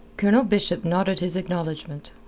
colonel bishop nodded his acknowledgment.